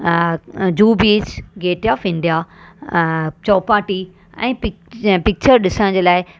Juhu beach gateway of India Chowpatty ऐं पिच्च picture ॾिसण जे लाइ